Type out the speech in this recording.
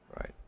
Right